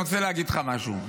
אני רוצה להגיד לך משהו.